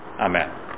Amen